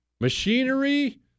Machinery